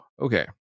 Okay